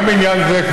גם בעניין זה,